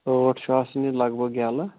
ٲٹھ چھُ آسان یہِ لگ بگ یَلہٕ